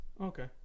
Okay